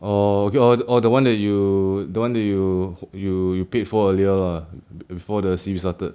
orh okay lor orh the one that you the one that you you you paid for earlier lah before the series started